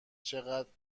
چقدرغیر